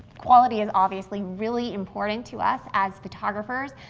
quality is obviously really important to us, as photographers,